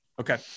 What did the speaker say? okay